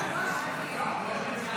הצבעה.